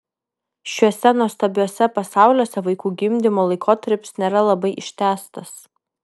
šituose nuostabiuose pasauliuose vaikų gimdymo laikotarpis nėra labai ištęstas